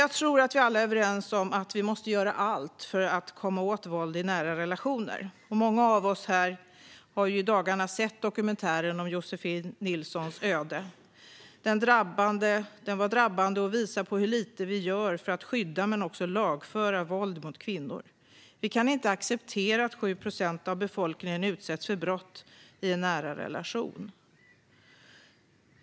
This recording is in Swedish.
Jag tror att vi alla är överens om att vi måste göra allt för att komma åt våld i nära relationer. Många av oss har i dagarna sett dokumentären om Josefin Nilssons öde. Dokumentären var drabbande och visade på hur lite vi gör för att skydda och även lagföra våld mot kvinnor. Vi kan inte acceptera att 7 procent av befolkningen utsätts för brott i en nära relation.